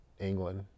England